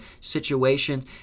situations